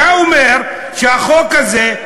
אתה אומר שהחוק הזה,